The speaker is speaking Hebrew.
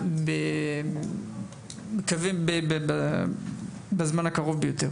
ומקווה שבזמן הקרוב ביותר.